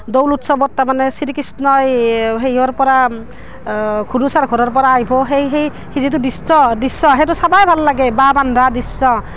দৌল উৎসৱত তাৰমানে শ্ৰীকৃষ্ণই সেইহৰ পৰা ঘুনুচাৰ ঘৰৰ পৰা আহিব সেই সেই যিটো দৃশ্য দৃশ্য সেইটো চাবায়ে ভাল লাগে বাঁহ বন্ধা দৃশ্য